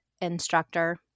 instructor